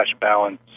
balance